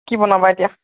কি বনাবা এতিয়া